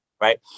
right